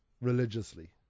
religiously